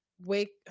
wake